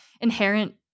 inherent